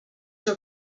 were